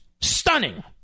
stunning